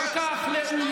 תקציב כל כך גדול,